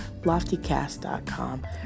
loftycast.com